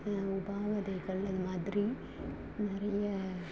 உபாதைகள் அது மாதிரி நிறைய